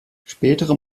spätere